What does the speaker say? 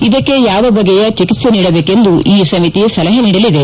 ಇದಕ್ಕೆ ಯಾವ ಬಗೆಯ ಚಿಕಿತ್ಸೆ ನೀಡಬೇಕೆಂದು ಈ ಸಮಿತಿ ಸಲಹೆ ನೀಡಲಿದೆ